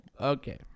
Okay